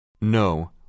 No